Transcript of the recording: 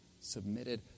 submitted